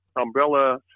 umbrella